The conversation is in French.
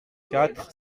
quatre